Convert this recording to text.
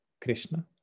Krishna